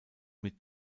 mit